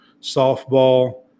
softball